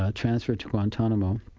ah transferred to guantanamo,